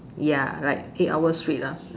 ya like eight hours straight lah